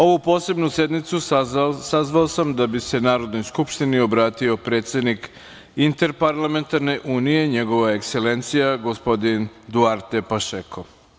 Ovu posebnu sednicu sazvao sam da bi se Narodnoj skupštini obratio predsednik Interparlamentarne unije, Njegova Ekselencija, gospodin Duarte Pašeko.